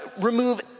remove